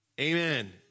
Amen